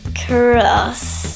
cross